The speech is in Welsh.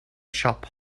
siop